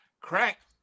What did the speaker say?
Crack